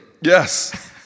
Yes